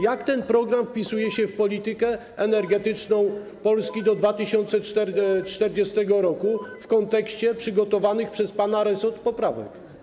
Jak ten program wpisuje się w „Politykę energetyczną Polski do 2040 r.” w kontekście przygotowanych przez pana resort poprawek?